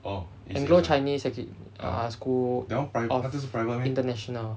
anglo chinese sec~ uh school of~ of international